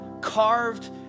carved